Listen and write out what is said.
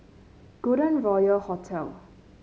Golden Royal Hotel